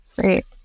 great